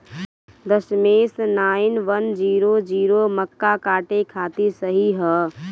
दशमेश nine one zero zero मक्का काटे खातिर सही ह?